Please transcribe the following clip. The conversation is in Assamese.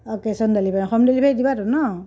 অঁ কেছ অন ডেলিভাৰী হম ডেলিভাৰী দিবাটো ন